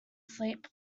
sleep